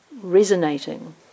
resonating